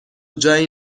جایی